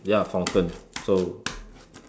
ya fountain so